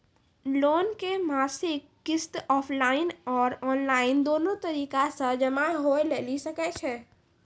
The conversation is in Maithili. लोन के मासिक किस्त ऑफलाइन और ऑनलाइन दोनो तरीका से जमा होय लेली सकै छै?